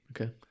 Okay